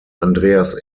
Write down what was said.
andreas